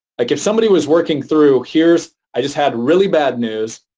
like if somebody was working through, here is, i just had really bad news,